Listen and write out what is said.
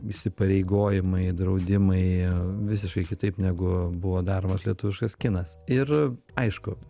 įsipareigojimai draudimai visiškai kitaip negu buvo daromas lietuviškas kinas ir aišku